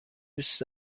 دوست